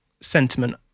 sentiment